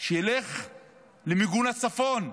שילך למיגון הצפון,